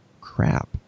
crap